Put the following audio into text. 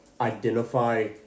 identify